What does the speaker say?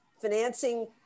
financing